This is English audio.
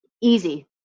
easy